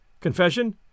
Confession